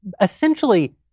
essentially